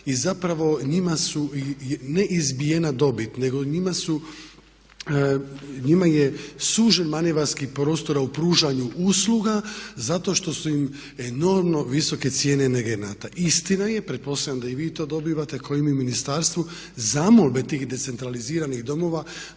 i zapravo njima su ne izbijena dobit nego njima je sužen manevarski prostor u pružanju usluga zato što su im enormno visoke cijene energenata. Istina je, pretpostavljam da i vi to dobivate kao i mi u ministarstvu, zamolbe tih decentraliziranih domova